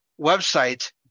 website